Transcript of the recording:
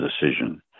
decision